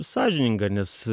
sąžininga nes